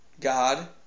God